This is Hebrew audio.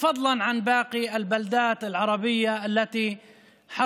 אבל ברור לגמרי שבהתמדה ובעבודה